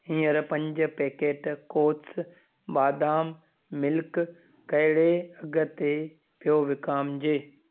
हीअंर पंज पैकेट कोथस बादाम मिल्क कहिड़े अघि ते पियो विकामिजे